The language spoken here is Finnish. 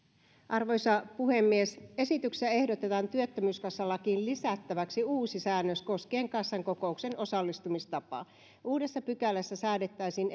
arvoisa puhemies esityksessä ehdotetaan työttömyyskassalakiin lisättäväksi uusi säännös koskien kassan kokoukseen osallistumistapaa uudessa pykälässä säädettäisiin